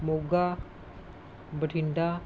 Moga Bathinda